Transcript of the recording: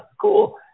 cool